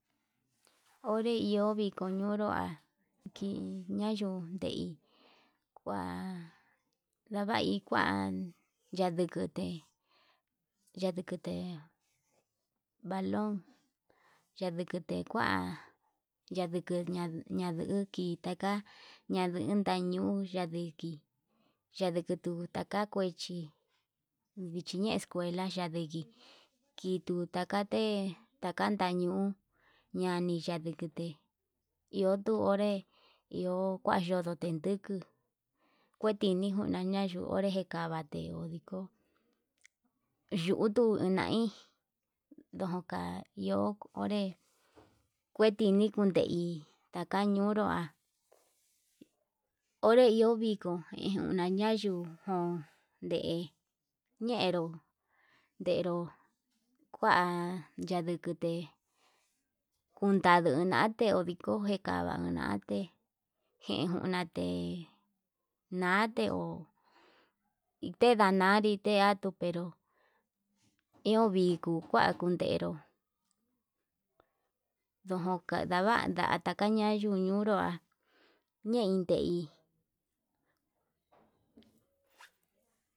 Onre yo'o viko ñunrua kii ñayo ndei kua ndavai kuan yadukute, yandukute balón yedukute kua naduku naduki taka ndañun tañun ndadiki, yadukutu taka kuechi vichi ñee escuela dadiki ituu taka te'e taka ndañun ñani yandukute iho tuu onré iho kuan yodo tenduku kuetini njuna yondó onré, ndakate ho diko yutuu enai ndoka iho onré kuetini kundei taka ñirua onré iho viko ñuna na yuu jonde ñenro denro kua yadukude kundadu nate oviko ndekavanate injunate, nate ho tendate niatu pero iho viko kua kunderu ndojo tanavata ndojon tanayu uñunrua yein tei.